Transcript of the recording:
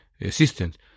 assistant